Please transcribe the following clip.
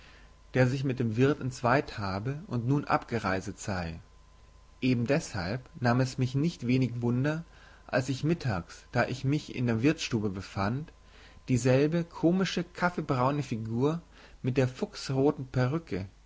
der sich mit dem wirte entzweit habe und nun abgereiset sei eben deshalb nahm es mich nicht wenig wunder als ich mittags da ich mich in der wirtsstube befand dieselbe komische kaffeebraune figur mit der fuchsroten perücke